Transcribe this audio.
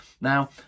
now